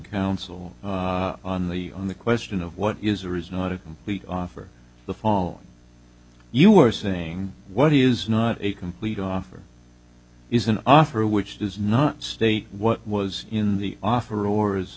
counsel on the on the question of what is or is not a complete offer the phone you're saying what is not a complete offer is an offer which does not state what was in the offer or is